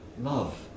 love